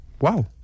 wow